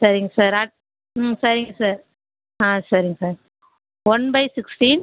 சரிங்க சார் ஆ சரிங்க சார் ஆ சரிங்க சார் ஒன் பை சிக்ஸ்டீன்